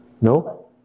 No